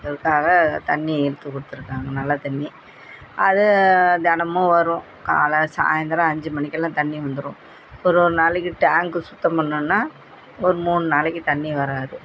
அதுக்காக தண்ணி இழுத்து கொடுத்துருக்காங்க நல்ல தண்ணி அது தினமும் வரும் காலை சாயந்தரம் அஞ்சு மணிக்குலாம் தண்ணி வந்துடும் ஒரு ஒரு நாளைக்கு டேங்கு சுத்தம் பண்ணணுன்னா ஒரு மூணு நாளைக்கு தண்ணி வராது